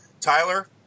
Tyler